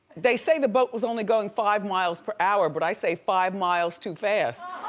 they say the boat was only going five miles per hour, but i say five miles too fast.